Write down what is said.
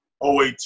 OAT